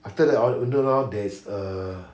after the or~ wooden door there's a